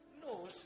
No